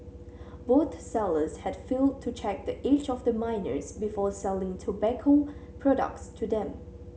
both sellers had failed to check the age of the minors before selling tobacco products to them